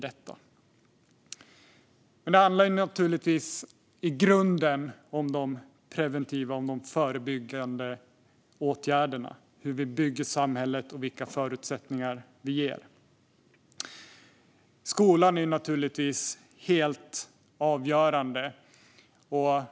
Det handlar naturligtvis i grunden om de preventiva och förebyggande åtgärderna, om hur vi bygger samhället och vilka förutsättningar vi ger. Skolan är naturligtvis helt avgörande.